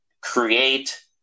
create